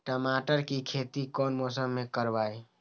टमाटर की खेती कौन मौसम में करवाई?